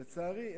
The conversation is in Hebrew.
לצערי,